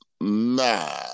nah